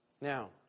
Now